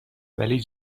ولی